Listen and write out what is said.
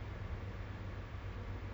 whatever lah right now pun